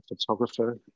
photographer